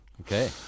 Okay